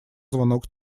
звонок